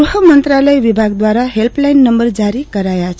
ગૃહ મંત્રાલય વિભાગ દ્વારા હેલ્પલાઇન નંબર જારી કરાયા છે